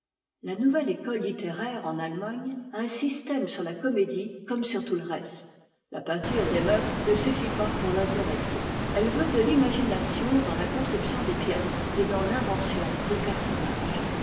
la nouvelle école littéraire en allemagne a un système sur la comédie comme sur tout le reste la peinture des mœurs ne suffit pas pour l'intéresser elle veut de l'imagination dans la conception des pièces et dans l'invention des personnages